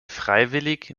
freiwillig